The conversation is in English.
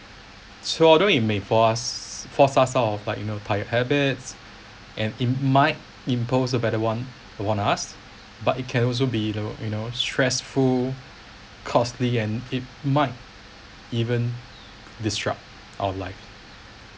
so although it may force force us out of like you know prior habits and might impose a better one one us but it can also be though you know stressful costly and it might even disrupt our life